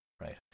right